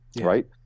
Right